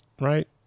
right